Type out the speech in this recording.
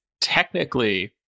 technically